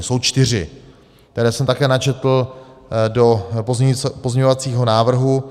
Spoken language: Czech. Jsou čtyři, která jsem také načetl do pozměňovacího návrhu.